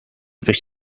durch